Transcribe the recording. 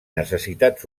necessitats